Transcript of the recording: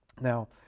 Now